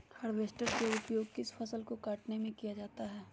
Harvester का उपयोग किस फसल को कटने में किया जाता है?